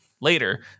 later